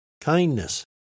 kindness